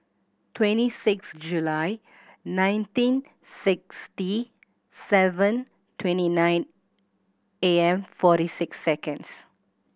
twenty six July nineteen sixty seven twenty nine A M forty six seconds